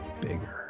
bigger